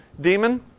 demon